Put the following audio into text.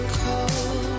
cold